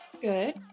Good